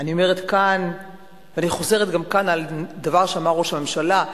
אני חוזרת כאן על דבר שאמר ראש הממשלה.